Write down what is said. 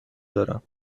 دارم